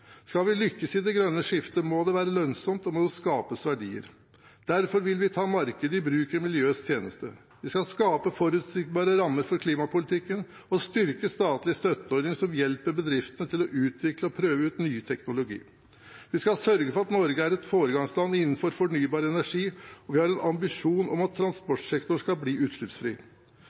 Skal vi lykkes i det grønne skiftet, må det være lønnsomt, og det må skapes verdier. Derfor vil vi ta markedet i bruk i miljøets tjeneste. Vi skal skape forutsigbare rammer for klimapolitikken og styrke statlige støtteordninger som hjelper bedriftene til å utvikle og prøve ut ny teknologi. Vi skal sørge for at Norge er et foregangsland innenfor fornybar energi, og vi har en ambisjon om at transportsektoren skal bli utslippsfri.